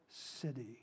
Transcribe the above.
city